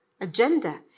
agenda